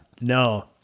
No